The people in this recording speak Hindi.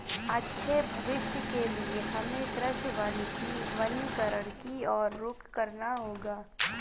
अच्छे भविष्य के लिए हमें कृषि वानिकी वनीकरण की और रुख करना होगा